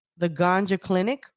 theganjaclinic